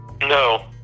No